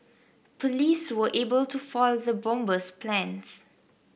police were able to foil the bomber's plans